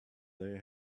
they